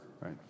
right